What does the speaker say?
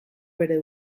bere